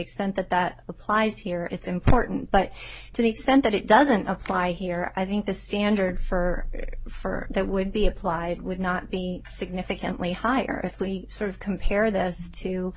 extent that that applies here it's important but to the extent that it doesn't apply here i think the standard for for that would be applied would not be significantly higher if we sort of compare this to